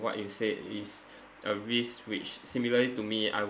what you said it's a risk which similarly to me I